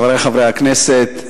חברי חברי הכנסת,